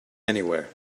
anywhere